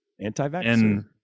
Anti-vaxxer